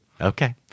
Okay